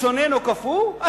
צונן או קפוא,